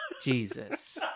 Jesus